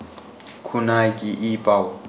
ꯈꯨꯅꯥꯏꯒꯤ ꯏ ꯄꯥꯎ